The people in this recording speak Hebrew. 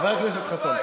חבר הכנסת חסון,